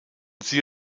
sie